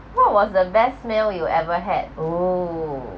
what was the best meal you ever had !oho!